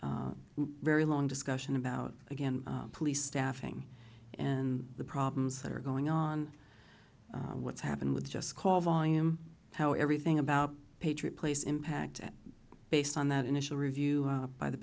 very long discussion about again police staffing and the problems that are going on what's happened with just call volume how everything about patriot place impact based on that initial review by the